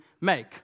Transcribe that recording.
make